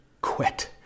quit